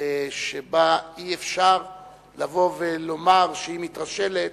אי-אפשר לבוא ולומר שהיא מתרשלת,